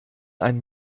ein